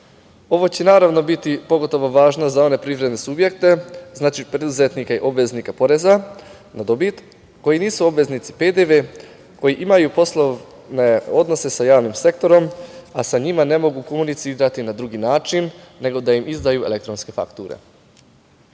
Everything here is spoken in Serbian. Ovo će naravno biti pogotovo važno za one privredne subjekte, znači, preduzetnike obveznika poreza na dobit koji nisu obveznici PDV, koji imaju poslovne odnose sa javnim sektorom, a sa njima ne mogu komunicirati na drugi način, nego da im izdaju elektronske fakture. Ove